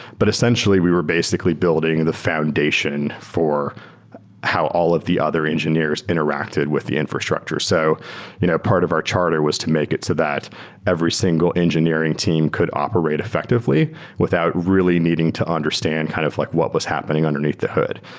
but essentially we were basically building and the foundation for how all of the other engineers interacted with the infrastructure. so you know part part of our charter was to make it so that every single engineering team could operate effectively without really needing to understand kind of like what was happening underneath the hood.